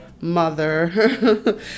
mother